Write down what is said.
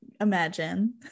imagine